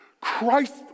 Christ